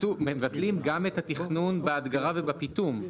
מבטלים גם את התכנון בהדרגה ובפיטום,